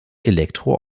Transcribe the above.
elektro